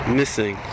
missing